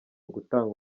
gutanga